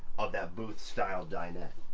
of that booth style dinette.